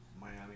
Miami